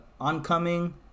oncoming